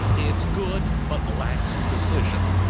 it's good but lacks precision.